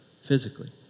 physically